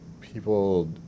people